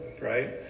right